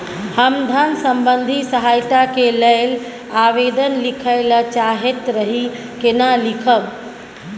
हम धन संबंधी सहायता के लैल आवेदन लिखय ल चाहैत रही केना लिखब?